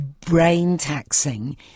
brain-taxing